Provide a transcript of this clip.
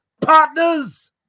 Partners